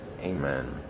amen